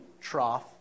trough